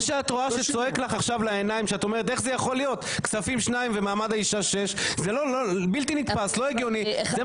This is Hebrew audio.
לתת שניים בוועדת כספים ושישה במעמד האישה זה בלתי נתפס,